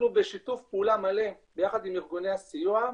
אנחנו בשיתוף פעולה מלא ביחד עם ארגוני הסיוע,